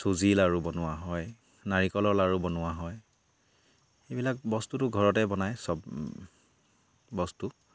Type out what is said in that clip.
চুজি লাড়ু বনোৱা হয় নাৰিকলৰ লাড়ু বনোৱা হয় এইবিলাক বস্তুটো ঘৰতে বনায় চব বস্তু